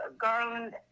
Garland